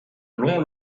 long